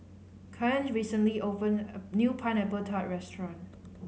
Cain recently opened a new Pineapple Tart restaurant